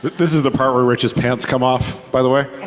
this is the part where rich's pants come off, by the way.